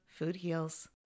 FOODHEALS